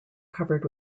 covered